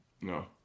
No